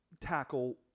tackle